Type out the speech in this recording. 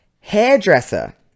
Hairdresser